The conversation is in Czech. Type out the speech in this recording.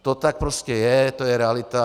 To tak prostě je, to je realita.